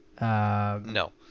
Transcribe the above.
No